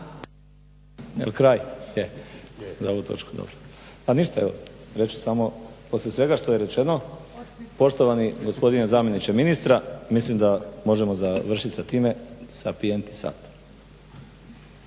Jel' kraj? Je. Pa ništa, evo reći ću samo poslije svega što je rečeno poštovani gospodine zamjeniče ministra mislim da možemo završiti sa time sapienti sat.